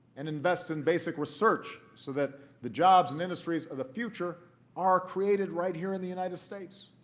and invests in basic research so that the jobs and industries of the future are created right here in the united states.